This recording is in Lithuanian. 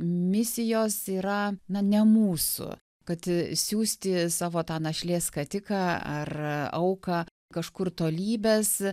misijos yra na ne mūsų kad siųsti savo tą našlės skatiką ar auką kažkur tolybes